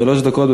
שלוש דקות.